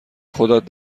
خودت